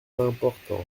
l’important